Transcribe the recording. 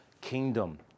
kingdom